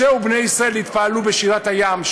משה ובני-ישראל התפעלו בשירת הים,